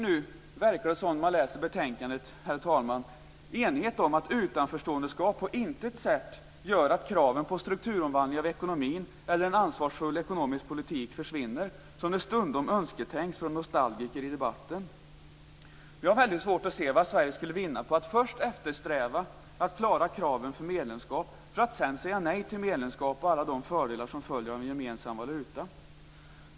Det verkar finnas, om man läser betänkandet, enighet om att utanförståendeskap på intet sätt gör att kraven på strukturomvandling av ekonomin eller en ansvarsfull ekonomisk politik försvinner, som det stundom önsketänks från nostalgiker i debatten. Jag har väldigt svårt att se vad Sverige skulle vinna på att först eftersträva att klara kraven för medlemskap för att sedan säga nej till medlemskap och till alla de fördelar som följer av en gemensam valuta.